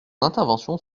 intervention